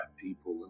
people